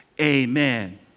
amen